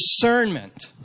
discernment